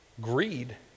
greed